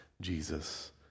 Jesus